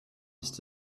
ist